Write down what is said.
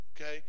okay